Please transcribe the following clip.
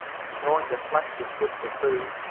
and, knowing the flesh was good for food,